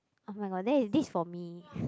oh-my-god then is this for me